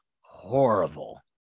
horrible